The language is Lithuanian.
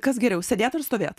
kas geriau sėdėt ir stovėt